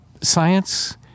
science